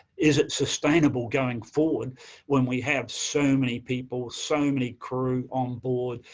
is it sustainable going forward when we have so many people, so many crew on board,